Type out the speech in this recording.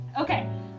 okay